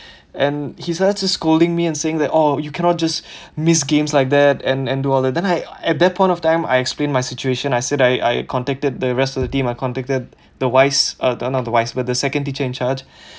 and he starts to scolding me and saying that oh you cannot just miss games like that and and do all that then I at that point of time I explained my situation I said I I contacted the rest of the team I contacted the vice uh not the vice but the second teacher in charge